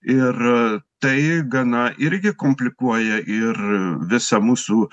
ir tai gana irgi komplikuoja ir visą mūsų